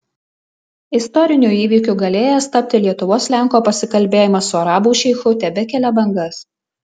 istoriniu įvykiu galėjęs tapti lietuvos lenko pasikalbėjimas su arabų šeichu tebekelia bangas